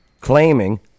claiming